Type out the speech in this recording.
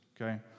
okay